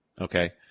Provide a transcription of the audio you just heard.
Okay